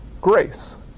grace